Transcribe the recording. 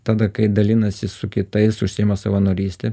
tada kai dalinasi su kitais užsiima savanoryste